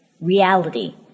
Reality